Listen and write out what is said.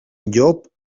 llop